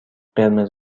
قرمز